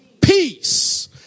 peace